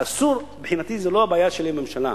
ואסור, מבחינתי זו לא הבעיה שלי עם הממשלה,